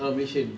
a'ah malaysian